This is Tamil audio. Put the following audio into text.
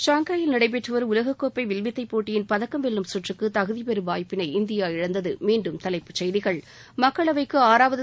ஷாங்காயில் நடைபெற்றுவரும் உலக கோப்பை வில்வித்தை போட்டியின் பதக்கம் வெல்லும் கற்றுக்கு தகுதிபெறும் வாய்ப்பினை இந்தியா இழந்தது